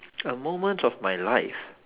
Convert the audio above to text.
a moment of my life